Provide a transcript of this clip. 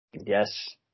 yes